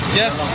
yes